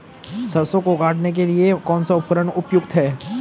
सरसों को काटने के लिये कौन सा उपकरण उपयुक्त है?